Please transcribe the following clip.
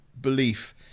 belief